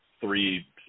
three